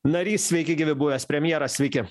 narys sveiki gyvi buvęs premjeras sveiki